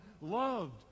loved